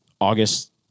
August